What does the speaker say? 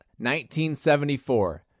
1974